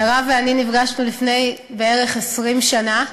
מירב ואני נפגשנו לפני 20 שנה בערך.